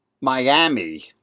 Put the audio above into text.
Miami